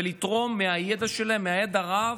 ולתרום מהידע שלהם, ידע רב,